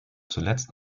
zuletzt